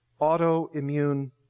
autoimmune